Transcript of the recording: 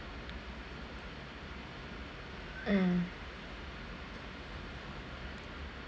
mm